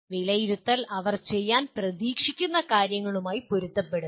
വിലയിരുത്തൽ അവർ ചെയ്യാൻ പ്രതീക്ഷിക്കുന്ന കാര്യങ്ങളുമായി പൊരുത്തപ്പെടുന്നു